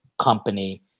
company